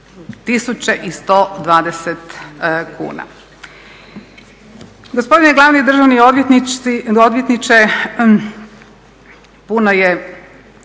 120 kuna.